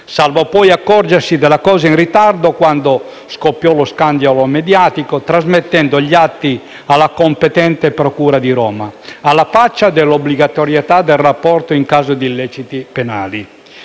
salvo poi accorgersi della cosa in ritardo - quando scoppiò lo scandalo mediatico - trasmettendo gli atti alla competente procura di Roma. Alla faccia dell'obbligatorietà del rapporto in caso di illeciti penali!